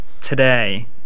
today